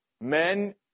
men